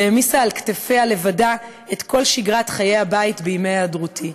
שהעמיסה על כתפיה לבדה את כל שגרת חיי הבית בימי היעדרותי".